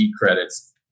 credits